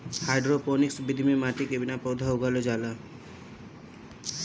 hydroponics विधि में माटी के बिना पौधा उगावल जाला